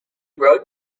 wrote